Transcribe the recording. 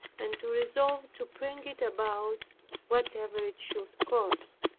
and to resolve to bring it about whatever it should cost.